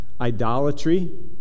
idolatry